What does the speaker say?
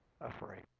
afraid